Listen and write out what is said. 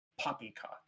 poppycock